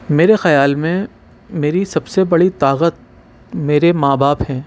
میرے خیال میں میری سب سے بڑی طاقت میرے ماں باپ ہیں